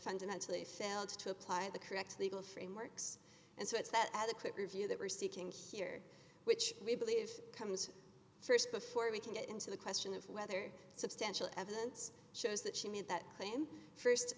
fundamentally failed to apply the correct legal frameworks and so it's that adequate review that we're seeking here which we believe comes st before we can get into the question of whether substantial evidence shows that she made that claim